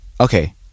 Okay